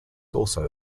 also